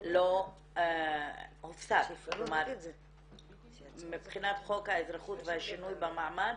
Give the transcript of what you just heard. לא הופסק, מבחינת חוק האזרחות והשינוי במעמד